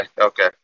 Okay